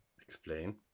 Explain